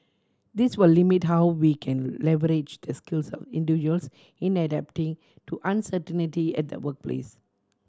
this will limit how we can leverage the skills of individuals in adapting to uncertainty at the workplace